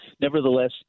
nevertheless